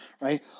right